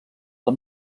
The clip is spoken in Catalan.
del